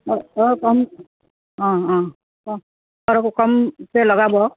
অঁ অঁ কম অঁ অঁ কমকৈ কগাব